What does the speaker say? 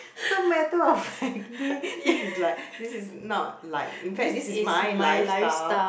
so matter of factly this is like this is not like in fact this is my lifestyle